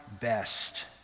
best